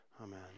Amen